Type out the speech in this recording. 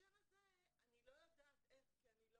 בהקשר הזה אני לא יודעת איך כי אני לא